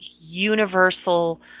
universal